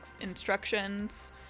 instructions